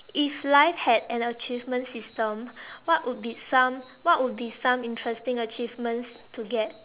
if life had an achievement system what would be some what would be some interesting achievements to get